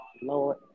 Lord